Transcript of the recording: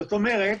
זאת אומרת,